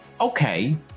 okay